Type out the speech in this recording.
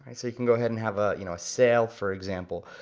so you can go ahead and have ah you know a sale for example.